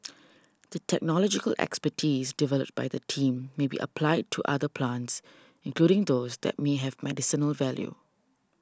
the technological expertise developed by the team may be applied to other plants including those that may have medicinal value